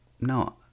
No